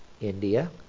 India